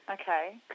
Okay